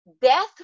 death